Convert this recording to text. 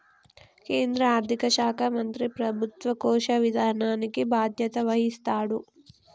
కేంద్ర ఆర్థిక శాఖ మంత్రి ప్రభుత్వ కోశ విధానానికి బాధ్యత వహిస్తాడు